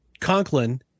Conklin